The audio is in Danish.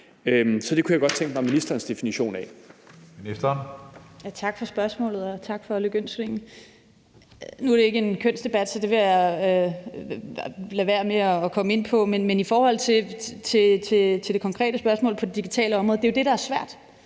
Så det kunne jeg godt tænke mig ministerens definition af.